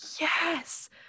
Yes